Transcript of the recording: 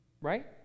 right